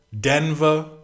Denver